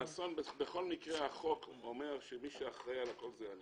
אסון בכל מקרה החוק אומר שמי שאחראי על הכול הוא אני.